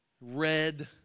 red